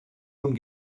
nun